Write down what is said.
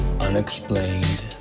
unexplained